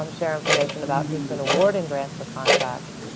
um share information about who's been awarding grants for contracts.